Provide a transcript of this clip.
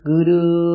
Guru